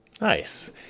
nice